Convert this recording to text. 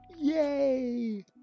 Yay